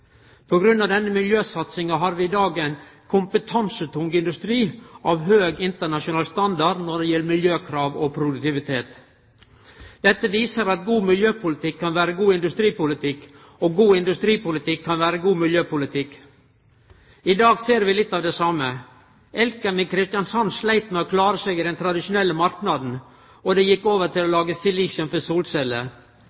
denne miljøsatsinga har vi i dag ein kompetansetung industri av høg internasjonal standard når det gjeld miljøkrav og produktivitet. Dette viser at god miljøpolitikk kan vere god industripolitikk, og god industripolitikk kan vere god miljøpolitikk. I dag ser vi litt av det same. Elkem i Kristiansand sleit med å klare seg i den tradisjonelle marknaden, og dei gjekk over til å